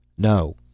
no,